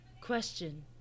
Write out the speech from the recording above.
Question